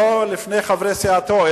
לא לפני חברי סיעתו,